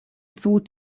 thought